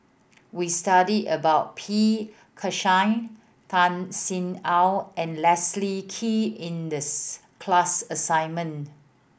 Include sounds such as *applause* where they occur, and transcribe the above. we studied about P Krishnan Tan Sin Aun and Leslie Kee in the *hesitation* class assignment